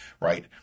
right